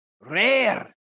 RARE